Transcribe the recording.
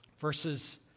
Verses